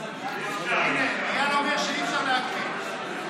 הינה, איל אומר שאי-אפשר להגביל.